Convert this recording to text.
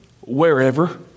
wherever